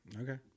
Okay